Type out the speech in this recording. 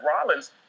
Rollins